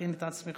תכין את עצמך.